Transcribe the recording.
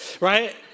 right